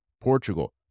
Portugal